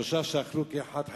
שלושה שאכלו כאחד,